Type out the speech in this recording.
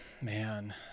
Man